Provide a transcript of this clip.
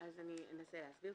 אני אנסה להסביר.